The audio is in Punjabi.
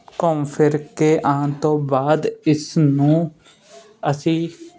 ਘੁੰਮ ਫਿਰ ਕੇ ਆਉਣ ਤੋਂ ਬਾਅਦ ਇਸ ਨੂੰ ਅਸੀਂ